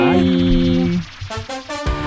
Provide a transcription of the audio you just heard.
Bye